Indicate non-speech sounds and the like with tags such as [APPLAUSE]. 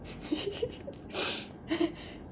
[LAUGHS]